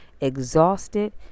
exhausted